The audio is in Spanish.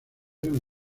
eran